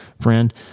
friend